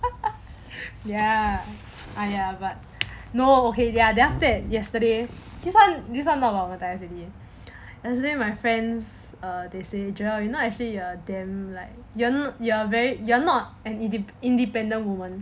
ya !aiya! but no okay ya then after that yesterday this [one] this [one] not normal already yesterday my friends they say you you know actually you are damn like you are you are very you're not an independent woman